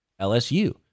lsu